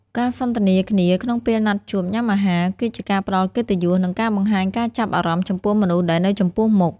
ការសន្ទនាគ្នាក្នុងពេលណាត់ជួបញ៉ាំអាហារ គឺជាការផ្ដល់កិត្តិយស និងការបង្ហាញការចាប់អារម្មណ៍ចំពោះមនុស្សដែលនៅចំពោះមុខ។